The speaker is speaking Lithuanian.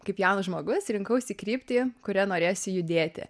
kaip jaunas žmogus rinkausi kryptį kuria norėjosi judėti